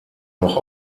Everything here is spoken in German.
noch